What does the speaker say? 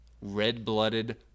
red-blooded